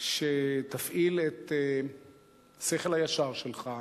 שתפעיל את השכל הישר שלך,